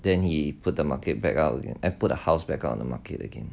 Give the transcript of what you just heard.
then he put the market back out again and put the house back on the market again